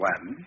One